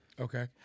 Okay